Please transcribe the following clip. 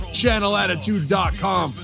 channelattitude.com